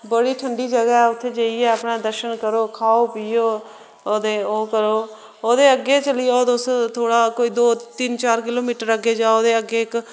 बड़ी ठंडी जगह ऐ उत्थै जाइयै अपना दर्शन करो खाओ पियो आ ते ओह् करो ओह्दे अग्गै चली जाओ तुस थोह्ड़ा कोई दो तिन्न चार किलोमीटर अग्गै जाओ ते अग्गै इक्क